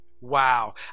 Wow